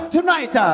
Tonight